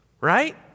Right